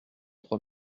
trois